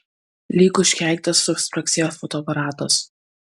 lyg užkeiktas suspragsėjo fotoaparatas